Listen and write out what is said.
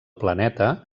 planeta